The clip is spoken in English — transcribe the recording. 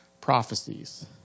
prophecies